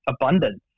Abundance